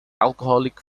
alcoholic